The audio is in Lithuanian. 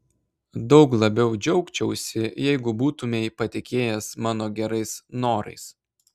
daug labiau džiaugčiausi jeigu būtumei patikėjęs mano gerais norais